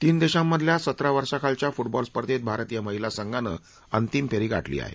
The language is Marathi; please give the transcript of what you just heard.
तीन देशांमधल्या सतरा वर्षांखालच्या फुटबॉल स्पर्धेत भारतीय महिला संघानं अंतिम फेरी गाठली आहे